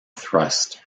thrust